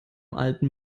alten